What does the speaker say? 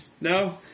No